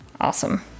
Awesome